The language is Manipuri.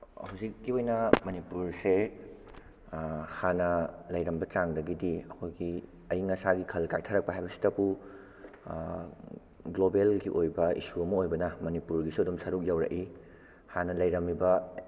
ꯍꯧꯖꯤꯛꯀꯤ ꯑꯣꯏꯅ ꯃꯅꯤꯄꯨꯔꯁꯦ ꯍꯥꯟꯅ ꯂꯩꯔꯝꯕ ꯆꯥꯡꯗꯒꯤꯗꯤ ꯑꯩꯈꯣꯏꯒꯤ ꯑꯌꯤꯡ ꯑꯁꯥꯒꯤ ꯈꯜ ꯀꯥꯏꯊꯔꯛꯄ ꯍꯥꯏꯕꯁꯤꯗꯕꯨ ꯒ꯭ꯂꯣꯕꯦꯜꯒꯤ ꯑꯣꯏꯕ ꯏꯁꯨ ꯑꯃ ꯑꯣꯏꯕꯅ ꯃꯅꯤꯄꯨꯔꯒꯤꯁꯨ ꯑꯗꯨꯝ ꯁꯔꯨꯛ ꯌꯧꯔꯛꯏ ꯍꯥꯟꯅ ꯂꯩꯔꯝꯃꯤꯕ